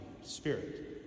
spirit